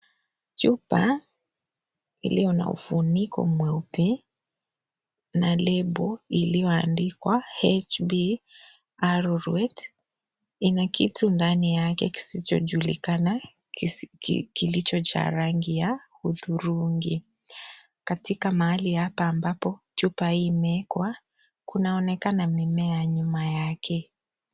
Chupa, ilio na ufuniko mweupe, na lebo ilioandikwa, H B (cs)arrowroot(cs), ina kitu ndani yake kisicho julikana, kilicho cha rangi ya uthurungi, katika mahali hapa ambapo chupa hii imeekwa, kunaonekana mimea nyuma yake.